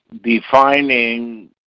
defining